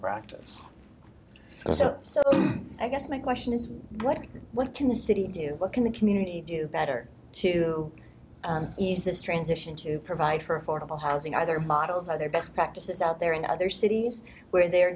practice so i guess my question is like what can the city do what can the community do better to ease this transition to provide for affordable housing either models are the best practices out there in other cities where they are